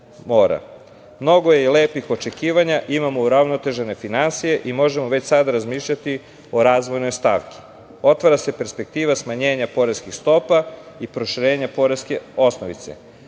Mnogo je lepih očekivanja, imamo uravnotežene finansije i možemo već sada razmišljati o razvojnoj stavki. Otvara se perspektiva smanjenja poreskih stopa i proširenja poreske osnovice.